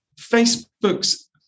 Facebook's